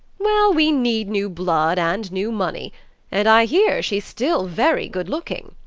well, we need new blood and new money and i hear she's still very good-looking,